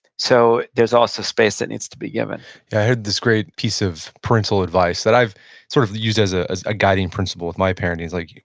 so there's also space that needs to be given yeah. i heard this great piece of parental advice that i've sort of used as ah as a guiding principle with my parenting, is like,